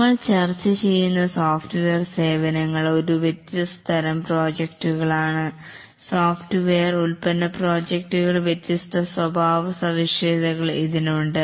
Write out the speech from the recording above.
നമ്മൾ ചർച്ച ചെയ്യുന്ന സോഫ്റ്റ്വെയർ സേവനങ്ങൾ ഒരു വ്യത്യസ്ത തരം പ്രോജക്ടുകൾ ആണ് സോഫ്റ്റ്വെയർ ഉൽപന്ന പ്രോജക്ടുകൾ വ്യത്യസ്ത സ്വഭാവ സവിശേഷതകൾ ഇതിനുണ്ട്